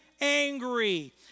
angry